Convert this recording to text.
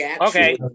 Okay